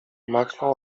machnął